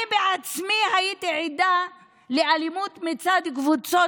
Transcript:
אני בעצמי הייתי עדה לאלימות מצד קבוצות